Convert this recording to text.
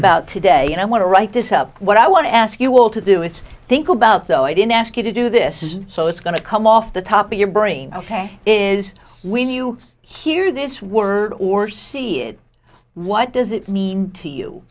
about today and i want to write this up what i want to ask you all to do is think about though i didn't ask you to do this so it's going to come off the top of your brain ok is when you hear this word or see it what does it mean to you